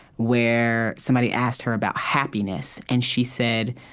where somebody asked her about happiness. and she said,